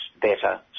better